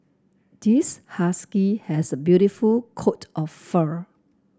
this husky has a beautiful coat of fur